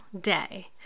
day